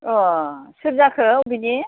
अह सोर जाखो अबेनि